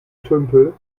tümpel